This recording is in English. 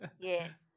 Yes